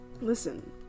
Listen